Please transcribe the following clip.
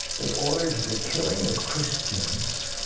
that orders the killing of christians,